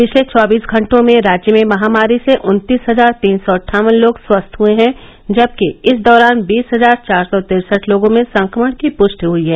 पिछले चौबीस घंटों में राज्य में महामारी से उन्तीस हजार तीन सौ अट्ठावन लोग स्वस्थ हुए हैं जबकि इस दौरान बीस हजार चार सौ तिरसठ लोगों में संक्रमण की पुष्टि हुयी है